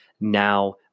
now